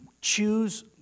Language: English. choose